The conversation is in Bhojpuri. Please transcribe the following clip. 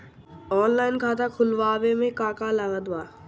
ऑनलाइन खाता खुलवावे मे का का लागत बा?